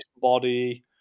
body